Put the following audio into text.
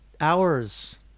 hours